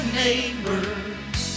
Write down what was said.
neighbors